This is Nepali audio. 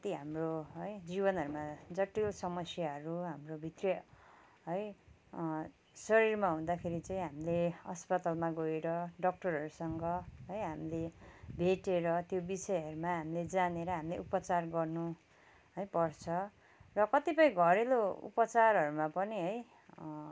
कति हाम्रो है जीवनहरूमा जटिल समस्याहरू हाम्रोभित्र है शरीरमा हुँदाखेरि चाहिँ हामीले अस्पतालमा गएर डक्टरहरूसँग है हामीले भेटेर त्यो विषयहरूमा हामीले जानेर हामीले उपचार गर्नु है पर्छ र कतिपय घरेलु उपचारमा पनि है